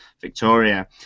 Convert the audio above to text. Victoria